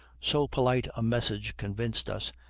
so polite a message convinced us,